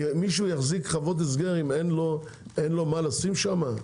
מישהו יחזיק חוות הסגרים אם אין לו מה לשים שמה?